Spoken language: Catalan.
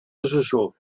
assessors